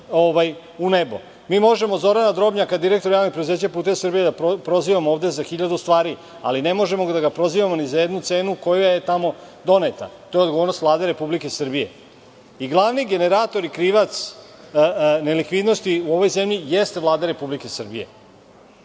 možemo Zorana Drobnjaka, direktora Javnog preduzeća "Putevi Srbije" da prozivamo ovde za hiljadu stvari, ali ne možemo da ga prozivamo ni za jednu cenu koja je tamo doneta, to je odgovornost Vlade Republike Srbije. Glavni generator i krivac nelikvidnosti u ovoj zemlji, jeste Vlada Republike Srbije.